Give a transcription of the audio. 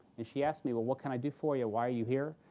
and she asked me, well, what can i do for you? why are you here?